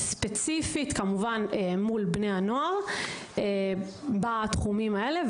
ספציפית כמובן מול בני הנוער בתחומים האלה.